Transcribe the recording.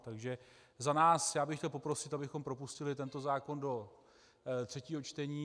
Takže za nás bych chtěl poprosit, abychom propustili tento zákon do třetího čtení.